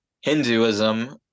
Hinduism